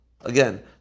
Again